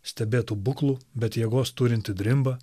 stebėtų buklų bet jėgos turintį drimbą